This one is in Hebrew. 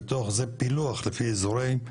בתוך זה פילוח לפי אזורים,